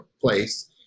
place